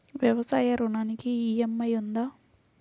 వ్యవసాయ ఋణానికి ఈ.ఎం.ఐ ఉందా?